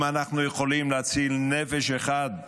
אם אנחנו יכולים להציל נפש אחת,